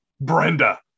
Brenda